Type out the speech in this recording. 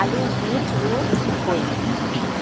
আলু, beetroot হই